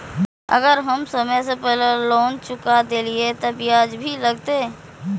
अगर हम समय से पहले लोन चुका देलीय ते ब्याज भी लगते?